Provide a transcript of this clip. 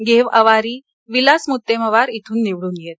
gave Awari Vilas Muttemwar इथून निवडून येत